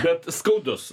bet skaudus